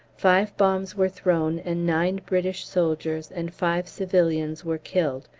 five bombs were thrown and nine british soldiers and five civilians were killed,